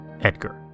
Edgar